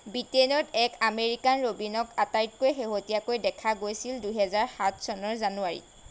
ব্ৰিটেইনত এক আমেৰিকান ৰবীনক আটাইতকৈ শেহতীয়াকৈ দেখা গৈছিল দুহেজাৰ সাত চনৰ জানুৱাৰিত